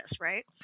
right